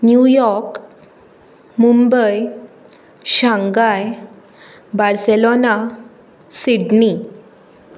New York Mumbai Shanghai Barcelona Sydney